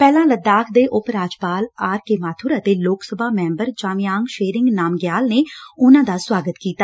ਪਹਿਲਾ ਲਦਾਖ ਦੋ ਉਪ ਰਾਜਪਾਲ ਆਰ ਕੇ ਮਾਬਰ ਅਤੇ ਲੋਕ ਸਭਾ ਮੈਬਰ ਜਾਗਿਆਗ ਸ਼ੇਰਿੰਗ ਨਾਮ ਗਿਆਲ ਨੇ ਉਨਾਂ ਦਾ ਸੁਆਗਤ ਕੀਤਾ